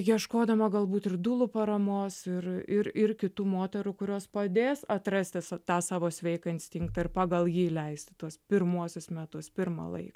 ieškodama galbūt ir dulų paramos ir ir kitų moterų kurios padės atrasti sa tą savo sveiką instinktą ir pagal jį leisti tuos pirmuosius metus pirmą laiką